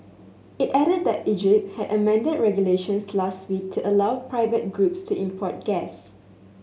it added that Egypt had amended regulations last week to allow private groups to import gas